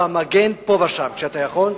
אתה מגן פה ושם כשאתה יכול.